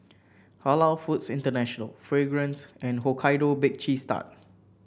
Halal Foods International Fragrance and Hokkaido Bake Cheese Tart